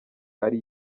ari